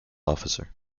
officer